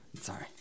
Sorry